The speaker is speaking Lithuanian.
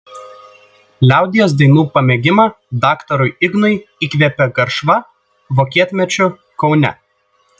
liaudies dainų pamėgimą daktarui ignui įkvėpė garšva vokietmečiu kaune